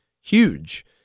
huge